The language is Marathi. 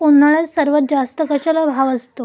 उन्हाळ्यात सर्वात जास्त कशाला भाव असतो?